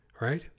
Right